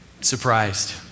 surprised